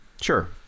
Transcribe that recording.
sure